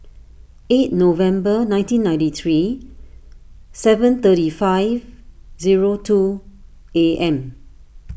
eight November nineteen ninety three seven thirty five zero two A M